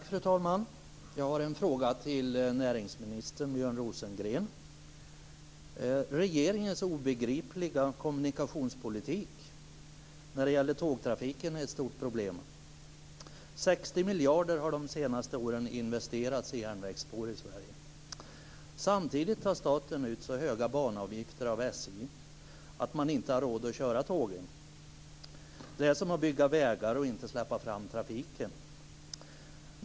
Fru talman! Jag har en fråga till näringsminister Sverige. Samtidigt tar staten ut så höga banavgifter av SJ att man inte har råd att köra tågen. Det är som att bygga vägar och inte släppa fram trafiken.